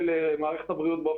מערכת הבריאות.